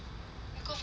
you go first ah